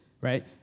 right